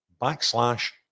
backslash